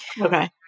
Okay